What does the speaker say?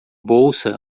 bolsa